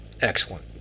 excellent